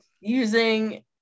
using